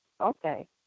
okay